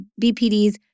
BPD's